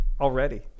already